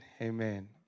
amen